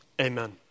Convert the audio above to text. Amen